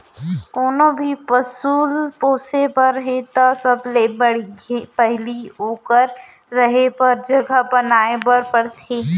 कोनों भी पसु ल पोसे बर हे त सबले पहिली ओकर रहें बर जघा बनाए बर परथे